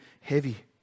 heavy